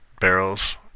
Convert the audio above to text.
Barrels